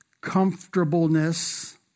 comfortableness